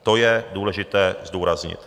To je důležité zdůraznit.